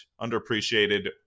underappreciated